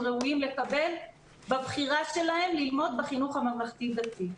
ראויים לקבל בבחירה שלהם ללמוד בחינוך הממלכתי דתי.